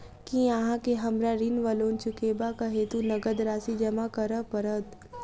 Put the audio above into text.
की अहाँ केँ हमरा ऋण वा लोन चुकेबाक हेतु नगद राशि जमा करऽ पड़त?